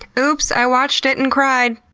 oops. i watched it and cried.